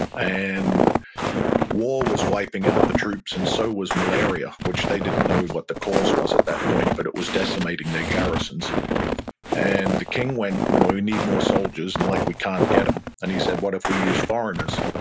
and war was wiping out the troops and so was malaria, which they didn't know what the cause was at that point, but it was decimating their garrisons and the king went, we need more soldiers, and like we can't get them. and he said, what if we use foreigners?